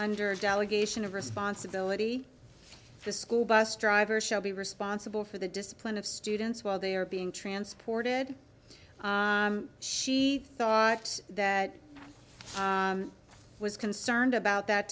under delegation of responsibility the school bus driver shall be responsible for the discipline of students while they are being transported she thought that was concerned about that